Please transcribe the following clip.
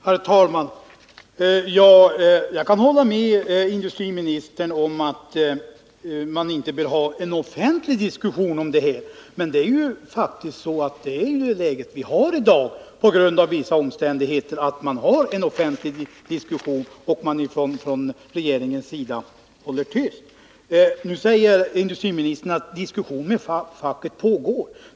Herr talman! Jag kan hålla med industriministern om att man inte bör ha en offentlig diskussion om detta. Men läget i dag är ju faktiskt det att vi på grund av vissa omständigheter fått en offentlig diskussion men att man från regeringens sida håller tyst. Nu säger industriministern att diskussioner med facket pågår.